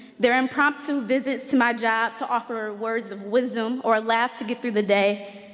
their impromptu visits to my job to offer words of wisdom, or laugh to get through the day,